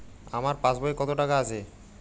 আমার পাসবই এ কত টাকা আছে?